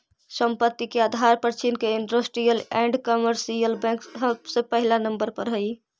संपत्ति के आधार पर चीन के इन्डस्ट्रीअल एण्ड कमर्शियल बैंक सबसे पहिला नंबर पर हई